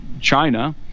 China